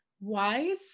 Wise